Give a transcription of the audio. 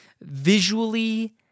visually